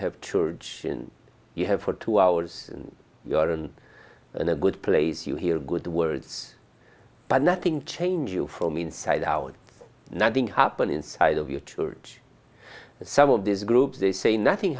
have church you have for two hours your and and a good place you hear good words but nothing change you from inside out nothing happened inside of your church some of these groups they say nothing